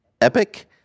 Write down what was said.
Epic